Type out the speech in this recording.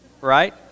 Right